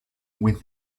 with